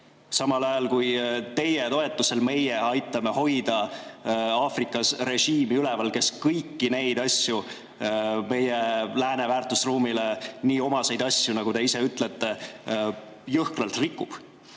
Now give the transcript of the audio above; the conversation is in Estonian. samal ajal kui teie toetusel meie aitame hoida Aafrikas üleval režiimi, kes kõiki neid asju – meie lääne väärtusruumile nii omaseid asju, nagu te ise ütlete – jõhkralt rikub?